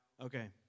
Okay